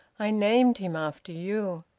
i named him after you.